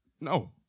No